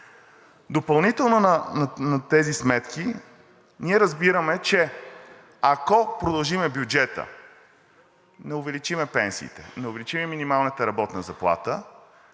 Допълнително на тези сметки ние разбираме, че ако продължим бюджета – не увеличим пенсиите, не увеличим минималната работна заплата,